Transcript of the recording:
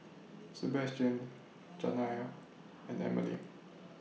Sebastian Janiah and Amalie